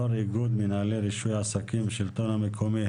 יו"ר איגוד מנהלי רישוי עסקים בשלטון המקומי.